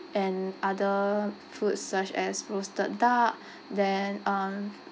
and other food such as roasted duck then um